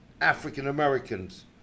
African-Americans